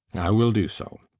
i will do so.